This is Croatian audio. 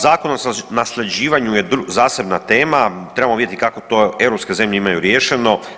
Zakon o nasljeđivanju je zasebna tema, trebamo vidjeti kako to europske zemlje imaju riješeno.